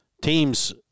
Teams